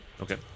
Okay